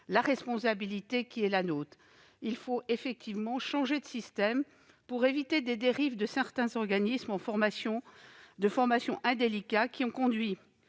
la responsabilité qui est la nôtre. Il faut effectivement changer de système pour éviter les dérives de certains organismes de formation indélicats ayant conduit